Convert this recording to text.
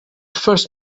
first